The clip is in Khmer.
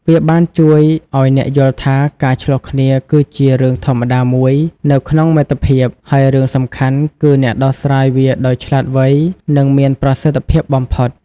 វាបានជួយឱ្យអ្នកយល់ថា ការឈ្លោះគ្នាគឺជារឿងធម្មតាមួយនៅក្នុងមិត្តភាព ហើយរឿងសំខាន់គឺអ្នកដោះស្រាយវាដោយឆ្លាតវៃនិងមានប្រសិទ្ធភាពបំផុត។